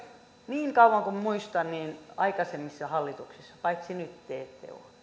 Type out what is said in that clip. niin kauan kuin muistan aikaisemmissa hallituksissa paitsi nyt te ette